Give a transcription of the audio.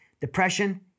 depression